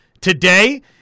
today